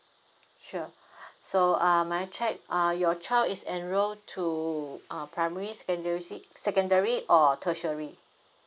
sure so uh may I check uh your child is enroll to uh primary secondary si~ secondary or tertiary